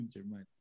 German